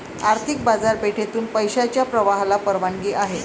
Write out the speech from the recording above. आर्थिक बाजारपेठेतून पैशाच्या प्रवाहाला परवानगी आहे